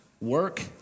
work